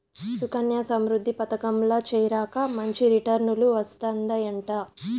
సుకన్యా సమృద్ధి పదకంల చేరాక మంచి రిటర్నులు వస్తందయంట